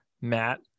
Matt